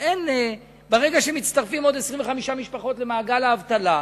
ברגע שמצטרפות עוד 25 משפחות למעגל האבטלה,